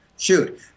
Shoot